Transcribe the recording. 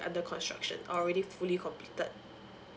under construction or already fully completed